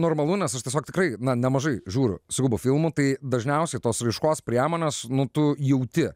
normalu nes aš tiesiog tikrai nemažai žiūriu siaubo filmų tai dažniausiai tos raiškos priemones nu tu jauti